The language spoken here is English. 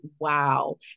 wow